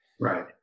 right